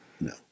No